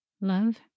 Love